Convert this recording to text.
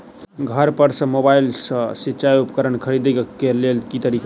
घर पर सऽ मोबाइल सऽ सिचाई उपकरण खरीदे केँ लेल केँ तरीका छैय?